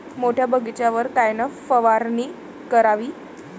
मोठ्या बगीचावर कायन फवारनी करावी?